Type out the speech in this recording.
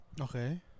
Okay